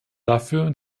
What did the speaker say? dafür